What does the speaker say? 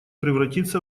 превратиться